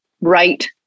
right